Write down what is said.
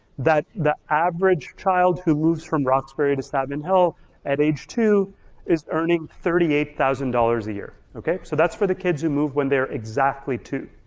that the average child who moves from roxbury to savin hill at age two is earning thirty eight thousand dollars a year, okay? so that's for the kids who moved when they're exactly two.